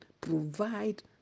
provide